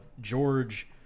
George